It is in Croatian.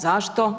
Zašto?